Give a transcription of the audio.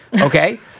Okay